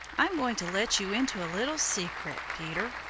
i'm going to let you into a little secret, peter.